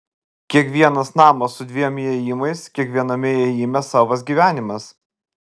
kiekvienas namas su dviem įėjimais kiekviename įėjime savas gyvenimas